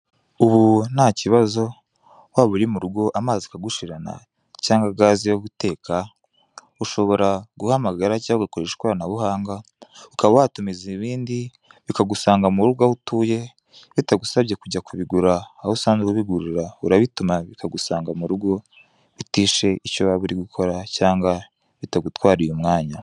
Ubu ntakibazo waba uri mu rugo amazi ukagushirana cyangwa gaze yo guteka ushobora guhamagara cyangwa ugakoresha ikoranabuhanga, ukaba watumiza ibindi bikagusanga mu rugo aho utuye bitagusabye kujya kubigura aho usanzwe ubigurira urabituma bikagusanga mu rugo bitishe icyo wari urigukora cyangwa bitagutwariye umwanya.